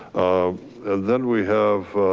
um then we have,